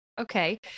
okay